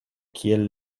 kiel